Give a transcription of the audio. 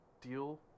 deal